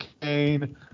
Kane